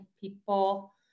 people